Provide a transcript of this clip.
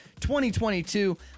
2022